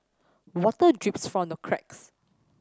water drips from the cracks